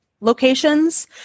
locations